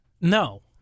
No